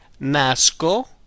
nasco